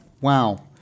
Wow